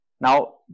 now